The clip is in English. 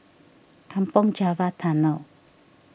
Kampong Java Tunnel